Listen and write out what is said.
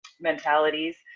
mentalities